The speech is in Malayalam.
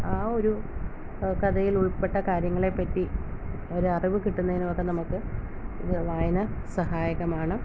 ആ ഒരു കഥയിലുൾപ്പെട്ട കാര്യങ്ങളെപ്പറ്റി ഒരറിവ് കിട്ടുന്നതിനോടെ നമുക്ക് വായന സഹായകമാണ്